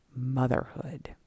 motherhood